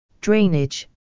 Drainage